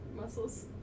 muscles